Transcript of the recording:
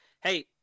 hey